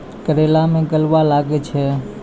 करेला मैं गलवा लागे छ?